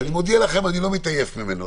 שאני מודיע לכם שאני לא מתעייף ממנו.